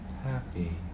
happy